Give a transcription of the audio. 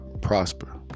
prosper